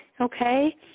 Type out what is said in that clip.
okay